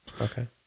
Okay